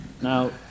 Now